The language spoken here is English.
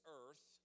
earth